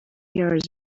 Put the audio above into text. years